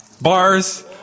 Bars